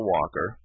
Walker